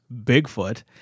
Bigfoot